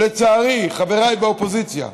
לצערי, חבריי באופוזיציה,